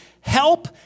help